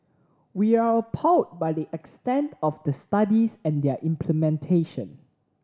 we are appalled by the extent of the studies and their implementation